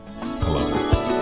Hello